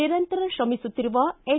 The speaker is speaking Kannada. ನಿರಂತರ ತ್ರಮಿಸುತ್ತಿರುವ ಎನ್